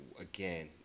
again